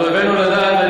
על אויבינו לדעת,